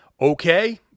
Okay